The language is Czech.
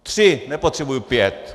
Tři, nepotřebuji pět!